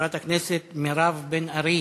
חברת הכנסת מירב בן ארי,